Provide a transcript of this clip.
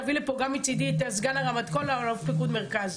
נביא לפה גם מצידי את אלוף פיקוד מרכז.